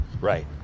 Right